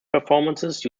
performances